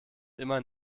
immer